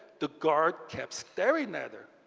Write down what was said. the guard kept staring at her.